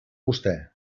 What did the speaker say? vostè